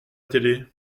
télé